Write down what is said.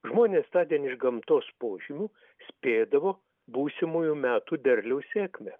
žmonės tądien iš gamtos požymių spėdavo būsimųjų metų derliaus sėkmę